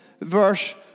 verse